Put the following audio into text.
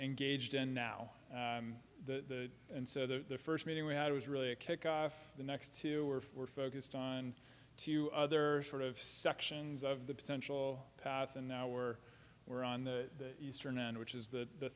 engaged in now the and so the first meeting we had was really a kickoff the next two or four focused on two other sort of sections of the potential path and now we're we're on the eastern end which is the